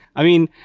i mean,